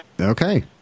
okay